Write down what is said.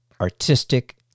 artistic